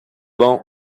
bon